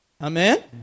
Amen